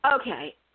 Okay